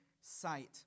sight